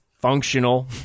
functional